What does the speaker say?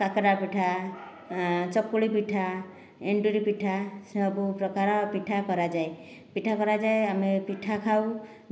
କାକରା ପିଠା ଚକୁଳି ପିଠା ଏଣ୍ଡୁରି ପିଠା ସବୁ ପ୍ରକାର ପିଠା କରାଯାଏ ପିଠା କରାଯାଏ ଆମେ ପିଠା ଖାଉ